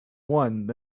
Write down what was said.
one